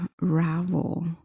unravel